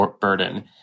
burden